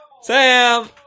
Sam